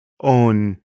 own